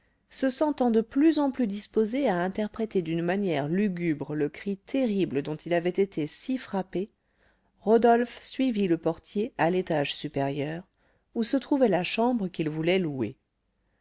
se sentant de plus en plus disposé à interpréter d'une manière lugubre le cri terrible dont il avait été si frappé rodolphe suivit le portier à l'étage supérieur où se trouvait la chambre qu'il voulait louer